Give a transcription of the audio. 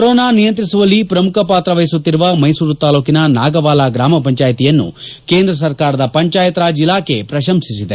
corona ನಿಯಂತ್ರಿಸುವಲ್ಲಿ ಪ್ರಮುಖ ಪಾತ್ರ ವಹಿಸುತ್ತಿರುವ ಮೈಸೂರು ತಾಲೂಕಿನ ನಾಗವಾಲ ಗ್ರಾಮ ಪಂಚಾಯತ್ ಅನ್ನು ಕೇಂದ್ರ ಸರ್ಕಾರದ ಪಂಚಾಯತ್ ರಾಜ್ ಇಲಾಖೆ ಪ್ರಶಂಸಿಸಿದೆ